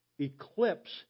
eclipse